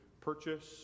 purchase